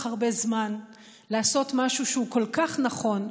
הרבה זמן לעשות משהו שהוא כל כך נכון,